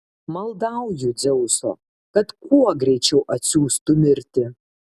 maldauju dzeuso kad kuo greičiau atsiųstų mirtį